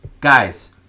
guys